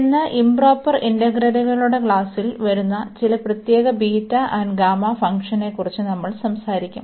ഇന്ന് ഇoപ്രോപ്പർ ഇന്റഗ്രലുകളുടെ ക്ലാസ്സിൽ വരുന്ന ചില പ്രത്യേക ബീറ്റ ഗാമ ഫംഗ്ഷനുകളെക്കുറിച്ച് നമ്മൾ സംസാരിക്കും